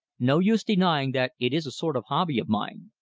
no use denying that it is a sort of hobby of mine.